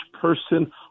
person